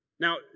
Now